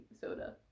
soda